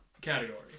Category